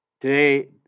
Today